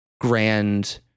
grand